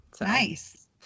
Nice